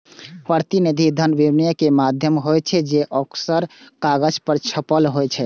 प्रतिनिधि धन विनिमय के माध्यम होइ छै, जे अक्सर कागज पर छपल होइ छै